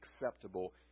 acceptable